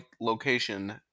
location